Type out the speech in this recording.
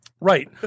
Right